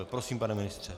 Prosím, pane ministře.